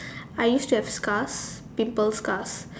I used to have scars pimple scars